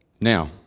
Now